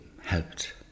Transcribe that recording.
helped